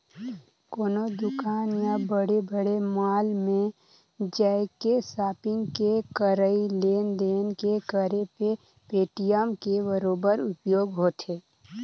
कोनो दुकान या बड़े बड़े मॉल में जायके सापिग के करई लेन देन के करे मे पेटीएम के बरोबर उपयोग होथे